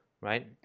Right